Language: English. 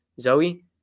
Zoe